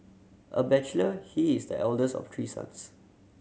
a bachelor he is the eldest of three sons